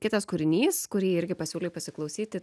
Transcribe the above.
kitas kūrinys kurį irgi pasiūlei pasiklausyti